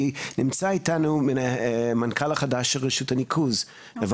כי נמצא איתנו המנכ"ל החדש של רשות הניקוז לפי